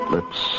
Lips